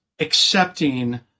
accepting